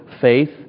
faith